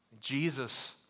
Jesus